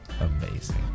amazing